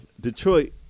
Detroit